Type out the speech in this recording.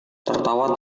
tertawa